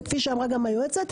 וכפי שאמרה גם היועצת,